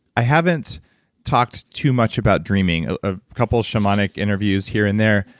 i haven't talked too much about dreaming, a couple of shamanic interviews here and there,